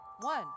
One